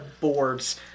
boards